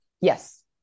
Yes